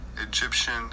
Egyptian